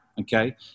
okay